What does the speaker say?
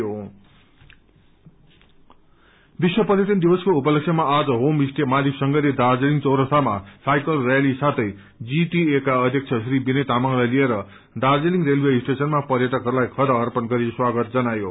home stay विश्व पर्यटन दिवको उपलक्ष्यमा आज हामस्टे मालिक संघले दाज्रीलिङ चौरास्तामा साइकल ररैली साथै जीटिए का अध्यक्ष श्री विनय तामंगलाई लिएर दाज्रीलिङ रेलवे स्टेशनमा पर्यटकहरूलाई खादा अर्पण गरि स्वागत जनायो